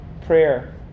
prayer